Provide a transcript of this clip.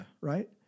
Right